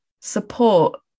support